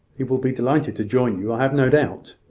he will be delighted to join you, i have no doubt.